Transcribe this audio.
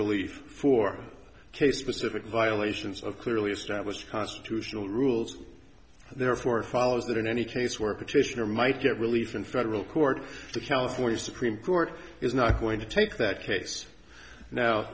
relief for case specific violations of clearly established constitutional rules therefore it follows that in any case where petitioner might get relief in federal court the california supreme court is not going to take that case now